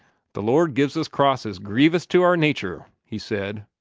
the lord gives us crosses grievous to our natur', he said,